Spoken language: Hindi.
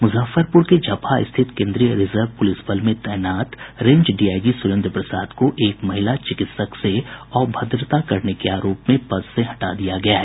मुजफ्फरपुर के झपहां स्थित केंद्रीय रिजर्व पुलिस बल में तैनात रेंज डीआईजी सुरेंद्र प्रसाद को एक महिला चिकत्सक से अभद्रता के आरोप में हटा दिया गया है